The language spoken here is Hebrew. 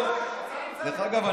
דרך אגב,